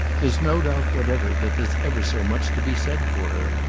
there's no doubt whatever that there's ever so much to be said for her.